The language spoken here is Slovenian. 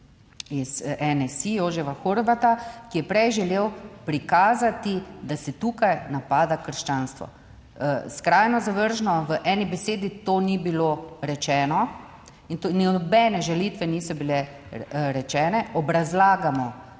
iz NSi Jožefa Horvata, ki je prej želel prikazati, da se tukaj napada krščanstvo. Skrajno zavržno. V eni besedi to ni bilo rečeno in nobene žalitve niso bile rečene. Obrazlagamo